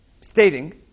stating